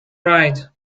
ride